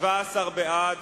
בעד,